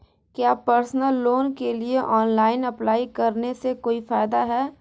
क्या personal loan के लिए ऑनलाइन अप्लाई करने से कोई फायदा है?